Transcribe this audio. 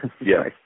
Yes